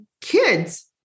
kids